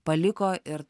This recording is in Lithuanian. paliko ir